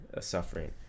suffering